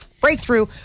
breakthrough